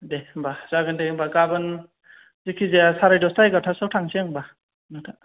दे होमबा जागोन दे होमबा गाबोन जेखि जाया साराय दसथा एगार'था सोयाव थांनोसै आं होमबा नोंथाङा